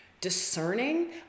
discerning